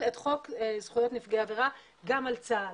את חוק זכויות נפגעי עבירה גם על צה"ל.